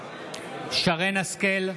השכל,